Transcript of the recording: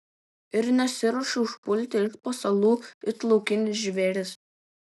ir nesiruošiu užpulti iš pasalų it laukinis žvėris